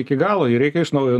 iki galo jį reikia iš naujo